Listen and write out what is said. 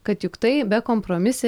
kad juk tai bekompromisė